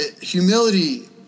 humility